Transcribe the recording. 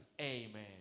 Amen